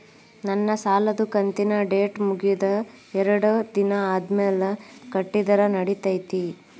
ನನ್ನ ಸಾಲದು ಕಂತಿನ ಡೇಟ್ ಮುಗಿದ ಎರಡು ದಿನ ಆದ್ಮೇಲೆ ಕಟ್ಟಿದರ ನಡಿತೈತಿ?